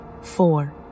four